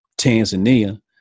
Tanzania